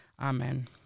amen